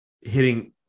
hitting